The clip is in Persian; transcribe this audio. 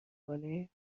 کنیم